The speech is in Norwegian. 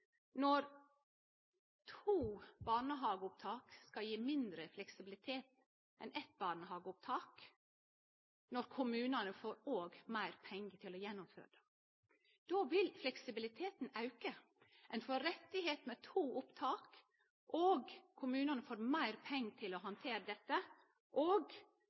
når kommunane òg får meir pengar til å gjennomføre det. Då vil fleksibiliteten auke. Ein får rett på to opptak, kommunane får meir pengar til å handtere dette, og